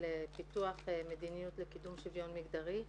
פיתוח מדיניות לקידום שוויון מגדרי.